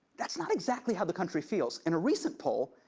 that's not exactly how the country feels. in a recent poll,